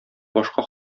башка